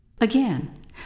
Again